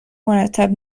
مرتب